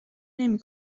نمی